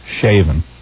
shaven